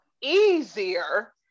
easier